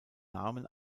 namen